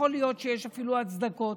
יכול להיות שיש אפילו הצדקות.